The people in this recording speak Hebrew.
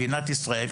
מדינת ישראל,